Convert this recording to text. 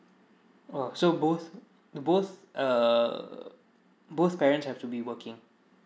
oh so both both err both parents have to be working